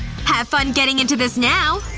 have fun getting into this now!